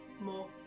more